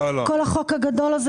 יש לזה הסבר?